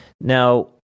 Now